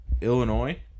Illinois